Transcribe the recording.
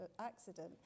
accident